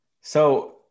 So-